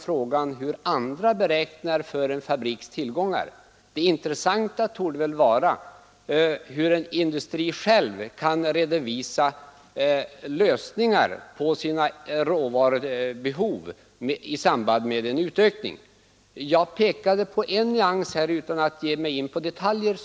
Frågan om hur andra beräknar en fabriks tillgångar är ointressant, det intressanta torde vara hur en industri själv kan redovisa lösningar på sina råvarubehov i samband med en utökning.